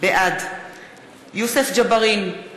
בעד יוסף ג'בארין,